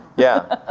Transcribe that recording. yeah,